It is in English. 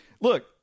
look